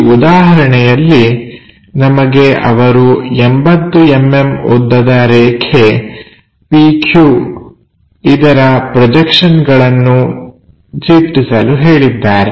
ಈ ಉದಾಹರಣೆಯಲ್ಲಿ ನಮಗೆ ಅವರು 80mm ಉದ್ದದ ರೇಖೆ PQ ಇದರ ಪ್ರೊಜೆಕ್ಷನ್ಗಳನ್ನು ಚಿತ್ರಿಸಲು ಹೇಳಿದ್ದಾರೆ